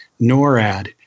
NORAD